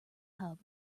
hub